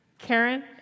Karen